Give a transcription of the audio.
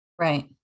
right